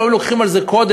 היו הולכים על זה קודם,